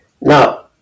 now